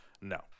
No